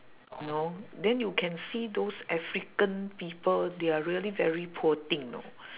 you know then you can see those african people they are really very poor thing know